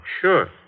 sure